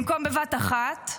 במקום בבת אחת,